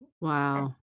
Wow